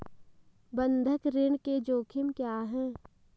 बंधक ऋण के जोखिम क्या हैं?